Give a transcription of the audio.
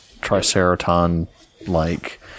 Triceraton-like